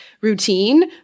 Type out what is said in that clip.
routine